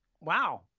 wow